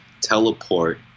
teleport